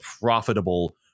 profitable